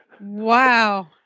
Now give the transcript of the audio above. Wow